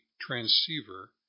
transceiver